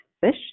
fish